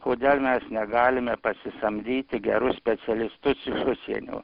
kodėl mes negalime pasisamdyti gerus specialistus iš užsienio